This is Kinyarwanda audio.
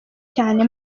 cyane